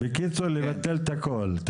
בקיצור, לבטל את הכול.